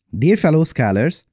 dear fellow scholars,